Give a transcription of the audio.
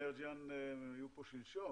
אנרג'יאן היו פה שלשום.